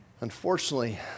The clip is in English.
unfortunately